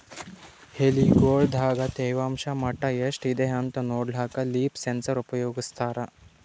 ಎಲಿಗೊಳ್ ದಾಗ ತೇವಾಂಷ್ ಮಟ್ಟಾ ಎಷ್ಟ್ ಅದಾಂತ ನೋಡ್ಲಕ್ಕ ಲೀಫ್ ಸೆನ್ಸರ್ ಉಪಯೋಗಸ್ತಾರ